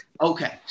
Okay